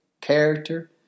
character